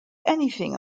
anything